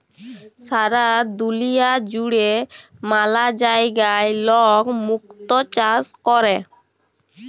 সারা দুলিয়া জুড়ে ম্যালা জায়গায় লক মুক্ত চাষ ক্যরে